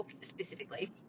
specifically